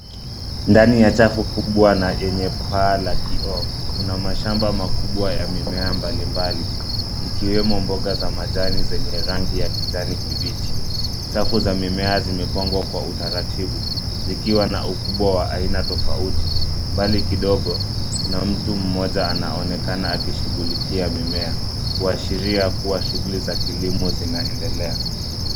Ndani ya chafu kubwa na yenye paa la kioo kuna mashamba makubwa ya mimea mbalimbali ikiwemo mboga za majani zenye rangi ya kijani kibichi. Safu za mimea zimepangwa kwa utaratibu zikiwa na ukubwa wa aina tofauti. Mbali kidogo, kuna mtu mmoja anaonekana akishughulikia mimea kuashiria kuwa shughuli za kilimo zinaendelea.